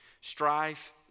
strife